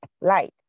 light